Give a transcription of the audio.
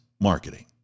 marketing